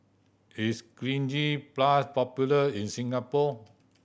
is Cleanz Plus popular in Singapore